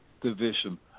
division